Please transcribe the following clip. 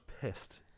pissed